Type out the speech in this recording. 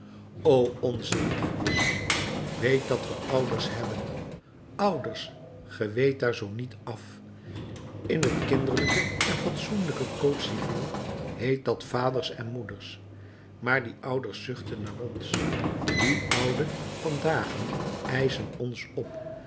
onze liefjes weet dat we ouders hebben ouders ge weet daar zoo niet af in het kinderlijke en fatsoenlijke code civil heet dat vaders en moeders maar die ouders zuchten naar ons die ouden van dagen eischen ons op